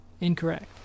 Incorrect